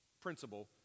principle